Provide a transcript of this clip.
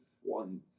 one